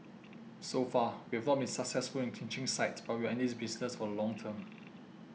so far we have not been successful in clinching sites but we are in this business for the long term